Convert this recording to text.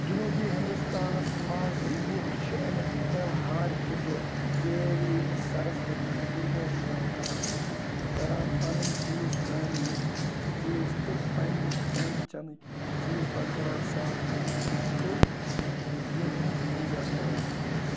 جنوٗبی ہندوستانَس منٛز لُکھ چھِ اَمہِ تہوار کہِ دۄہ دیوی سرَسؤتی تہٕ دُرگاہہِ یاد کران کران پنٕنۍ چیز کامہِ ہِنٛدۍ چیز تہٕ پنٛنہِ کھٮ۪ن چٮ۪نٕکۍ چیز برقرار صاف کٔرِکھ تہٕ یِہٕنٛز پوٗجا کران